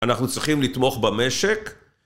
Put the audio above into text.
אנחנו צריכים לתמוך במשק